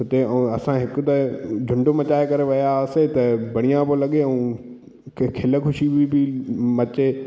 हिते ऐं असां हिक त झुंड में ठाहे करे विया हुआसीं त बढ़िया पियो लॻे ऐं खिल ख़ुशी बि पई मचे